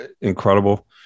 incredible